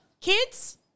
kids